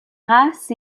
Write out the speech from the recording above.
races